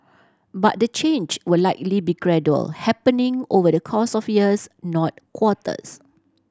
but the change will likely be gradual happening over the course of years not quarters